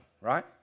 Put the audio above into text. right